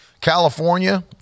California